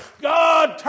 God